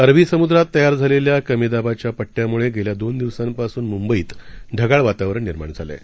अरबी समुद्रात तयार झालेल्या कमी दाबाच्या पट्ट्यामुळे गेल्या दोन दिवसांपासून मुंबईत ढगाळ वातावरण निर्माण झालंय